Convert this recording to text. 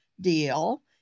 Deal